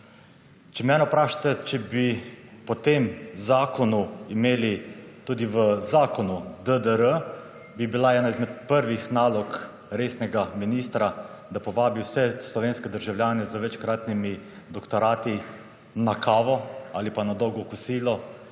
Če mene vprašate, če bi po tem zakonu imeli tudi v zakonu DDR, bi bila ena izmed prvih nalog resnega ministra, da povabi vse slovenske državljane z večkratnimi doktorati na kavo ali pa na dolgo kosilo